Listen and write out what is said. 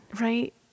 Right